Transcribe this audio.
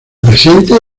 presente